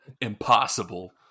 impossible